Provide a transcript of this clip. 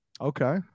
Okay